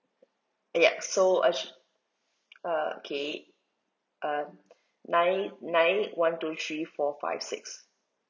yup so actua~ okay uh nine nine one two three four five six